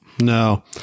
No